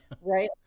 right